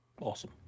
awesome